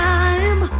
time